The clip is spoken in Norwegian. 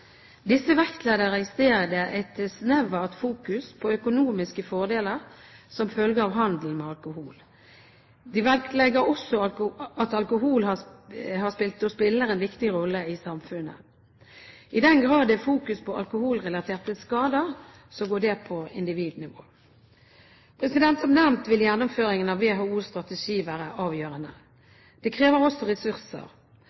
Disse vektlegger i stedet et snevert fokus på økonomiske fordeler som følge av handel med alkohol. De vektlegger også at alkohol har spilt og spiller en viktig rolle i samfunnet. I den grad det er fokus på alkoholrelaterte skader, går det på individnivå. Som nevnt vil gjennomføringen av WHOs strategi være